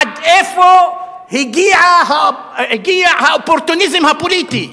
עד איפה הגיע האופורטוניזם הפוליטי?